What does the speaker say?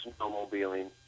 snowmobiling